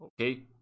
Okay